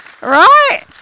right